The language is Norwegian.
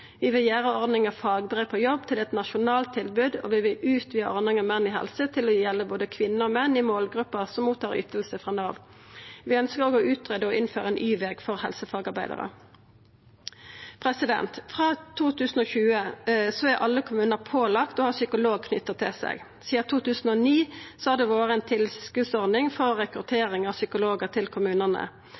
Vi vil gjera ordninga Fagbrev på jobb til eit nasjonalt tilbod, og vi vil utvida ordninga Menn i helse til å gjelda både kvinner og menn i målgruppa som mottar ytingar frå Nav. Vi ønskjer òg å greia ut innføring av ein Y-veg for helsefagarbeidarar. Frå 2020 er alle kommunar pålagde å ha knytt til seg ein psykolog. Sidan 2009 har det vore ei tilskotsordning for rekruttering av psykologar til kommunane.